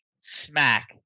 smack